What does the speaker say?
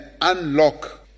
unlock